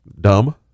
dumb